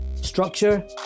Structure